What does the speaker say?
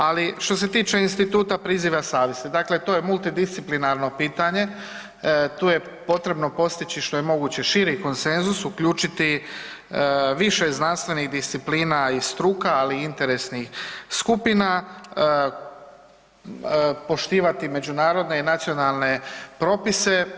Ali što se tiče instituta priziva savjesti, dakle to je multidisciplinarno pitanje tu je potrebno postići što je moguće širi konsenzus, uključiti više znanstvenih disciplina i struka, ali i interesnih skupina, poštivati međunarodne i nacionalne propise.